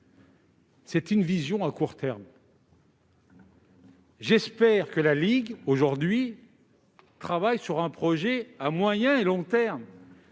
c'est une vision à court terme. J'espère que la ligue, aujourd'hui, travaille sur un projet à moyen et long terme.